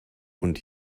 und